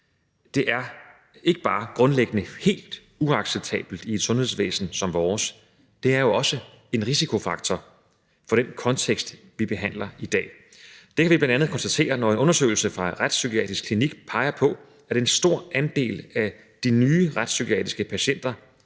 Det er ikke bare grundlæggende helt uacceptabelt i et sundhedsvæsen som vores; det er jo også en risikofaktor for den kontekst, vi behandler i i dag. Det kan vi bl.a. konstatere, når en undersøgelse fra Retspsykiatrisk Klinik peger på, at en stor andel af de nye retspsykiatriske patienter